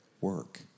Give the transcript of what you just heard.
work